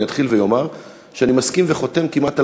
אני אתחיל ואומר שאני מסכים וחותם כמעט על